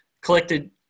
collected